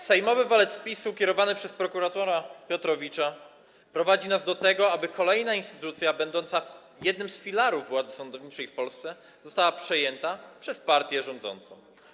Sejmowy walec PiS-u kierowany przez prokuratora Piotrowicza prowadzi nas do tego, aby kolejna instytucja będąca jednym z filarów władzy sądowniczej w Polsce została przejęta przez partię rządzącą.